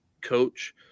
coach